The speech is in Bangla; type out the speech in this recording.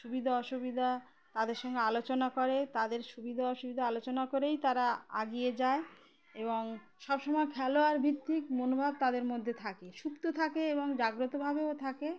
সুবিধা অসুবিধা তাদের সঙ্গে আলোচনা করে তাদের সুবিধা অসুবিধা আলোচনা করেই তারা এগিয়ে যায় এবং সবসময় খেলোয়াড় ভিত্তিক মনোভাব তাদের মধ্যে থাকে সুপ্ত থাকে এবং জাগ্রতভাবেও থাকে